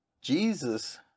Jesus